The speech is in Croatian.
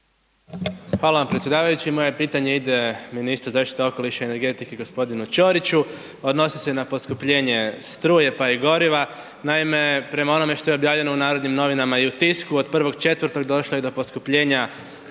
Hvala vam predsjedavajući, moje pitanje ide ministru zaštite okoliša i energetike g. Ćoriću, odnosi se na poskupljenje struje, pa i goriva. Naime, prema onome što je objavljeno u Narodnim novinama i u Tisku, od 1.4. došlo je do poskupljenja